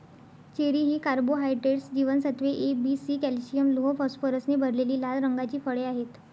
cherry ही carbohydrates, जीवनसत्त्वे A, B, C, calcium, लोह, फॉस्फरसने भरलेली लाल रंगाची फळे आहेत